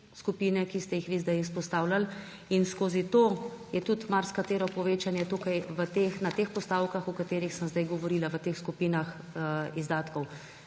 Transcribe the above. skupine, ki ste jih vi zdaj izpostavljali, in skozi to je tudi marsikatero povečanje tukaj na teh postavkah, o katerih sem zdaj govorila, v teh skupinah izdatkov.